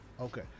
Okay